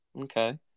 Okay